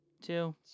Two